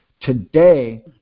Today